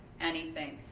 anything,